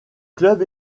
club